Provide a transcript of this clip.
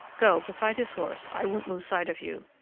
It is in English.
go beside his horse i won't lose sight of you.